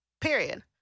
Period